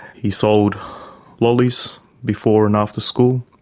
he sold lollies before and after school.